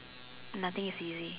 nothing is easy